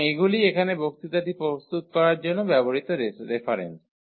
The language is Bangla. সুতরাং এগুলি এখানে বক্তৃতাটি প্রস্তুত করার জন্য ব্যবহৃত রেফারেন্স